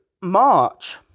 March